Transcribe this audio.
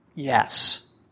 Yes